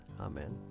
Amen